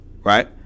Right